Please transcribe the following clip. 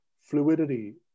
fluidity